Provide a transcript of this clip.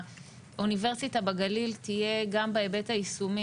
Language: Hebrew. שהאוניברסיטה בגליל תהיה גם בהיבט היישומי,